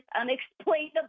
unexplainable